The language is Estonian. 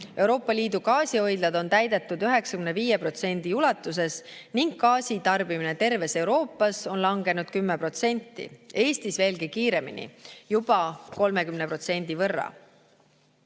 Euroopa Liidu gaasihoidlad on täidetud 95% ulatuses ning gaasi tarbimine terves Euroopas on langenud 10%, Eestis veelgi rohkem, juba 30%.